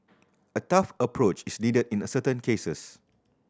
a tough approach is needed in a certain cases